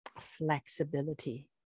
flexibility